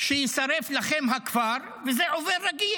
"שיישרף לכם הכפר", וזה עובר רגיל,